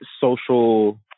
social